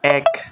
এক